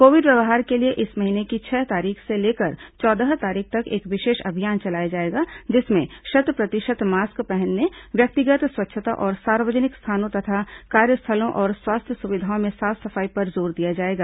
Covid व्यवहार के लिए इस महीने की छह तारीख से लेकर चौदह तारीख तक एक विशेष अभियान चलाया जाएगा जिसमें शत प्रतिशत मास्क पहनने व्यक्तिगत स्वच्छता और सार्वजनिक स्थानों तथा कार्यस्थलों और स्वास्थ्य सुविधाओं में साफ सफाई पर जोर दिया जाएगा